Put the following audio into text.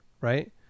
right